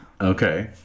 Okay